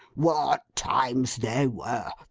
what times they were!